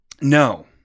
No